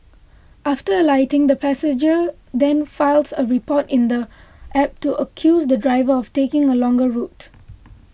after alighting the passenger then files a report in the app to accuse the driver of taking a longer route